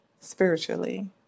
spiritually